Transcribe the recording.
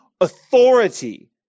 authority